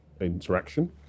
interaction